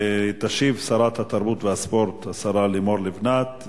תשיב שרת התרבות והספורט, השרה לימור לבנת.